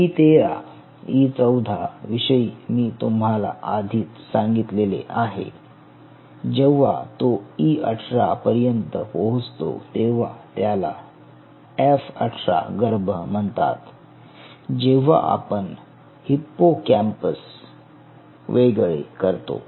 E13 इ14 विषयी मी तुम्हाला आधीच सांगितलेले आहे जेव्हा तो इ18 पर्यंत पोहोचतो तेव्हा त्याला एफ18 गर्भ म्हणतात जेव्हा आपण हिप्पोकॅम्पस वेगळे करतो